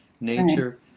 nature